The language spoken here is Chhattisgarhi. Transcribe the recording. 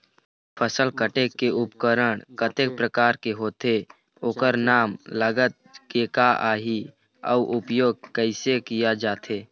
फसल कटेल के उपकरण कतेक प्रकार के होथे ओकर नाम लागत का आही अउ उपयोग कैसे किया जाथे?